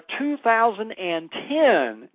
2010